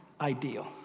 ideal